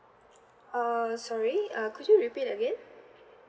uh sorry uh could you repeat again